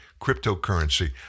cryptocurrency